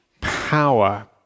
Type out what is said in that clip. power